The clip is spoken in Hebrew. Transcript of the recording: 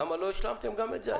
למה לא השלמתם גם את זה,